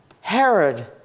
Herod